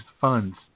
funds